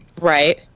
right